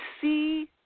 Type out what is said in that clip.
see